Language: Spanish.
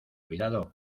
cuidado